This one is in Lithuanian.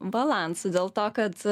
balansu dėl to kad